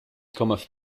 cometh